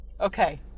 Okay